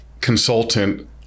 consultant